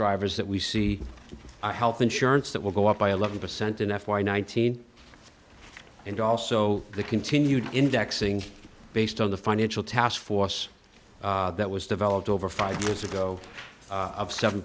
drivers that we see our health insurance that will go up by eleven percent in f y nineteen and also the continued indexing based on the financial taskforce that was developed over five years ago of seven